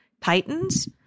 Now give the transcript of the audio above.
Titans